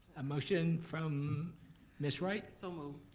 a motion from miss wright? so moved.